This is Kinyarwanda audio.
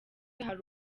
hari